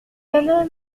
homme